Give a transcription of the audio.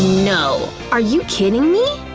no! are you kidding me?